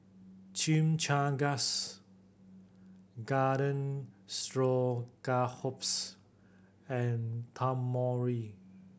Chimichangas Garden and